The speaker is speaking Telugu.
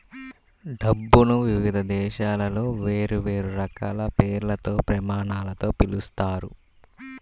డబ్బుని వివిధ దేశాలలో వేర్వేరు రకాల పేర్లతో, ప్రమాణాలతో పిలుస్తారు